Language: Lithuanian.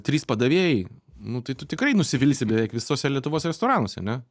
trys padavėjai nu tai tu tikrai nenusivilsi beveik visuose lietuvos restoranuose ane